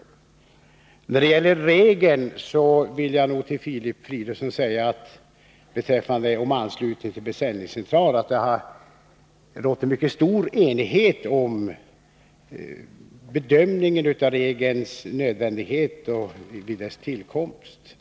När det gäller regeln om anslutning till beställningscentral vill jag säga till Filip Fridolfsson att det vid regelns tillkomst har rått en mycket stor enighet om bedömningen av dess nödvändighet.